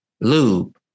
lube